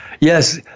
Yes